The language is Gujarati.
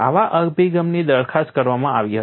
આવા અભિગમની દરખાસ્ત કરવામાં આવી હતી